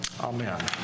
Amen